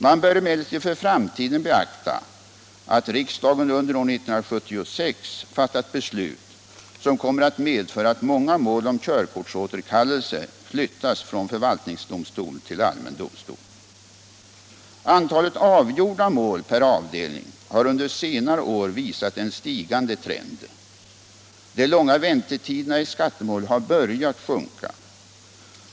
Man bör emellertid för framtiden beakta att riksdagen under år 1976 fattat beslut som kommer att medföra att många mål om körkortsåterkallelse flyttas från förvaltningsdomstol till allmän domstol. Antalet avgjorda mål per avdelning har under senare år visat en stigande trend. De långa väntetiderna i skattemål har börjat sjunka.